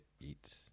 eat